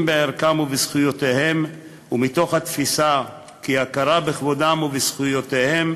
בערכם ובזכויותיהם ומתוך התפיסה כי הכרה בכבודם ובזכויותיהם